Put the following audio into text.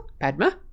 Padma